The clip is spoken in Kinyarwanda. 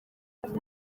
ibyo